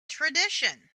tradition